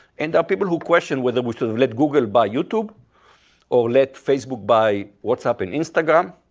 and are people who question whether we should have let google buy youtube or let facebook buy whatsapp and instagram,